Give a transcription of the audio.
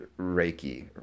reiki